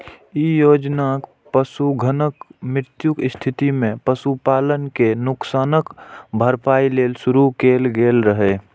ई योजना पशुधनक मृत्युक स्थिति मे पशुपालक कें नुकसानक भरपाइ लेल शुरू कैल गेल रहै